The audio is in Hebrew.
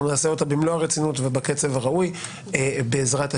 אנחנו נעשה אותה במלוא הרצינות ובקצב הראוי בעזרת ה',